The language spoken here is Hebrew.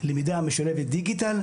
למידה משולבת דיגיטל,